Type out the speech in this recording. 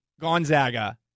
Gonzaga